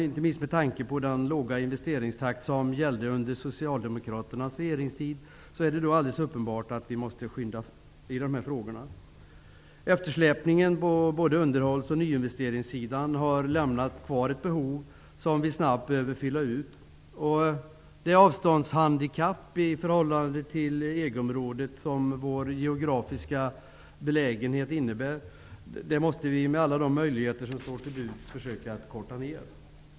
Inte minst med tanke på den låga investeringstakt som gällde under Socialdemokraternas regeringstid är alldeles uppenbart att vi måste skynda i dessa frågor. Eftersläpningen på både underhålls som på nyinvesteringssidan har lämnat kvar ett behov som snabbt behöver fyllas. Det avståndshandikapp i förhållande till EU-området som vår geografiska belägenhet innebär måste vi med alla de möjligheter som står till buds försöka att korta.